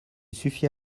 suffit